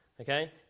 Okay